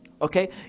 Okay